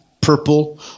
purple